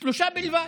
שלושה בלבד,